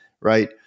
right